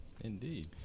Indeed